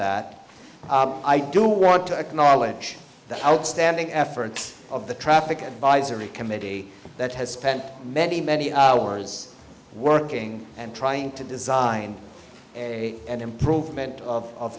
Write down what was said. that i do want to acknowledge the outstanding efforts of the traffic advisory committee that has spent many many hours working and trying to design a and improvement of